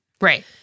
Right